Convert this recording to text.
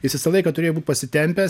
jis visą laiką turėjo būt pasitempęs